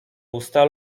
usta